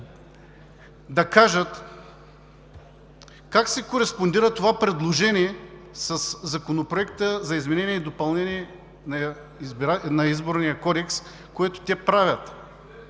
да кажат как кореспондира това предложение със Законопроекта за изменение и допълнение на Изборния кодекс, което те правят?